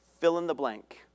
fill-in-the-blank